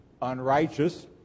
unrighteous